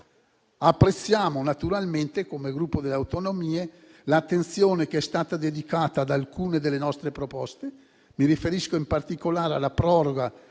Apprezziamo naturalmente, come Gruppo Per le Autonomie, l'attenzione che è stata dedicata ad alcune delle nostre proposte. Mi riferisco in particolare alla proroga